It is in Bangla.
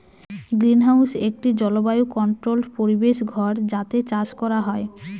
গ্রিনহাউস একটি জলবায়ু কন্ট্রোল্ড পরিবেশ ঘর যাতে চাষ করা হয়